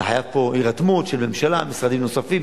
אתה חייב פה הירתמות של הממשלה ומשרדים נוספים,